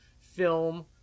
film